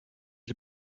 les